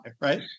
right